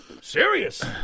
Serious